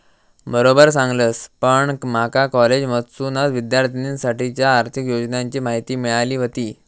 बरोबर सांगलस, पण माका कॉलेजमधसूनच विद्यार्थिनींसाठीच्या आर्थिक योजनांची माहिती मिळाली व्हती